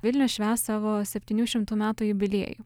vilnius švęs savo septynių šimtų metų jubiliejų